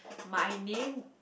my name